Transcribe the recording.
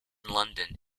london